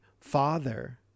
Father